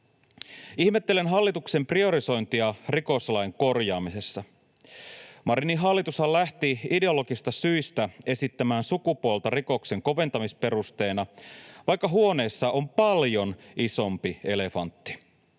Ihmettelen hallituksen priorisointia rikoslain korjaamisessa. Marinin hallitushan lähti ideologisista syistä esittämään sukupuolta rikoksen koventamisperusteena, vaikka huoneessa on paljon isompi elefantti.